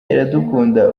iradukunda